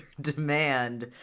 demand